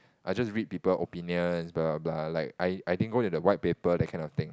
I just read people opinion blah blah like I I didn't go with white paper that kind of thing